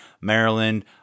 Maryland